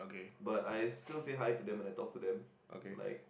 but I still say hi to them when I talk to them like